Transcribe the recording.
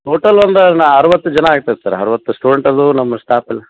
total ಒಂದು ನಾ ಅರವತ್ತು ಜನ ಐತೈತಿ ಸರ್ ಅರವತ್ತು ಸ್ಟುಡೆಂಟ್ ಅದು ನಮ್ಮ ಸ್ಟಾಪೇಲ್